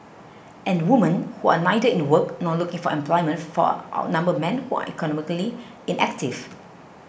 and women who are neither in work nor looking for employment far outnumber men who are economically inactive